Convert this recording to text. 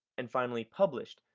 and finally publish.